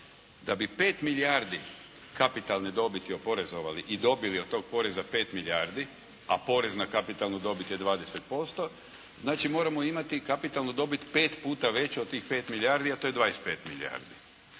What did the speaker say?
Da bi 5 milijardi kapitalne dobiti oporezovali i dobili od tog poreza 5 milijardi, a porez na kapitalnu dobit je 20%, znači moramo imati kapitalnu dobit 5 puta veću od tih 5 milijardi, a to je 25 milijardi.